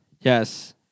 Yes